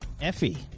Effie